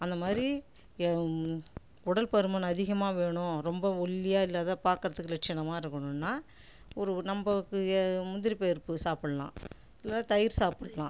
அந்தமாதிரி உடல் பருமன் அதிகமாக வேணும் ரொம்ப ஒல்லியாக இல்லாது பாக்கிறதுக்கு லட்சணமாக இருக்கணும்னா ஒரு நம்மளுக்கு முந்திரி பருப்பு சாப்பிட்லாம் இல்லைனா தயிர் சாப்பிட்லாம்